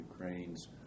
Ukraine's